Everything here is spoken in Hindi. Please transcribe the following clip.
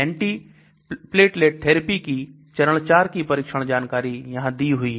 एंटीप्लेटलेट थेरेपी की चरण 4 के परीक्षण जानकारी यहां दी हुई है